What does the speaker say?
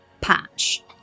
patch